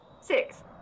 Six